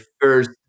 first